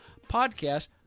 podcast